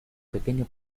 pequeño